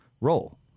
roll